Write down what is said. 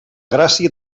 gràcia